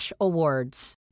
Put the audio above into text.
awards